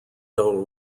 own